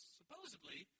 supposedly